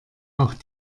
auch